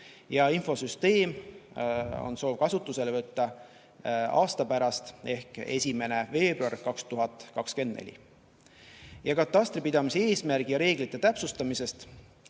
Infosüsteem on soov kasutusele võtta aasta pärast ehk 1. veebruaril 2024. Katastri pidamise eesmärgi ja reeglite täpsustamisest.